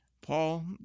Paul